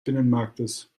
binnenmarktes